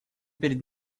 перед